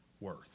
worth